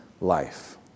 life